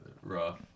rough